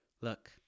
Look